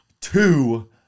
two